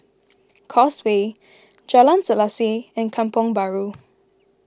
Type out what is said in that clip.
Causeway Jalan Selaseh and Kampong Bahru